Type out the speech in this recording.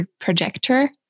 projector